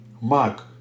Mark